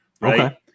right